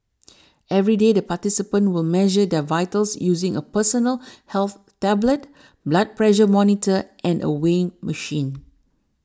every day the participants will measure their vitals using a personal health tablet blood pressure monitor and a weighing machine